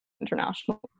international